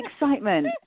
excitement